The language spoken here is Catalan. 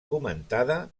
comentada